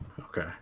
Okay